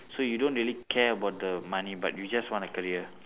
so you don't really care about the money but you just want a career